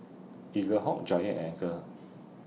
Eaglehawk Giant and Anchor